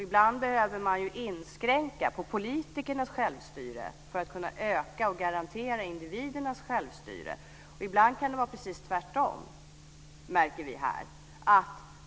Ibland behöver man inskränka politikernas självstyre för att kunna öka och garantera individernas självstyre. Och ibland kan det vara precis tvärtom, märker vi här.